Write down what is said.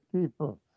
people